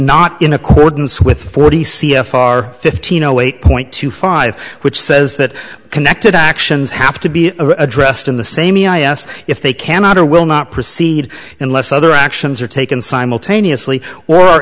not in accordance with forty c f r fifteen zero eight point two five which says that connected actions have to be addressed in the same e i a s if they cannot or will not proceed unless other actions are taken simultaneously or